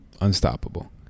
unstoppable